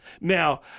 Now